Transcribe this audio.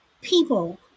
people